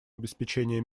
обеспечения